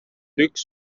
üks